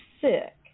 sick